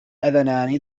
أذنان